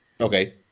Okay